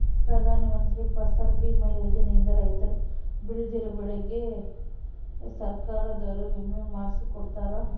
ಪ್ರಧಾನ ಮಂತ್ರಿ ಫಸಲ್ ಬಿಮಾ ಯೋಜನೆ ಇಂದ ರೈತರು ಬೆಳ್ದಿರೋ ಬೆಳೆಗೆ ಸರ್ಕಾರದೊರು ವಿಮೆ ಮಾಡ್ಸಿ ಕೊಡ್ತಾರ